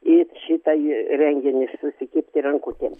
į šitąjį renginį susikibti rankutėm